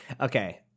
Okay